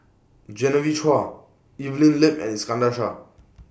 Genevieve Chua Evelyn Lip and Iskandar Shah